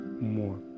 more